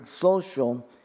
social